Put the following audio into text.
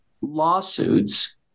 lawsuits